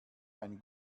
ein